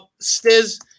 Stiz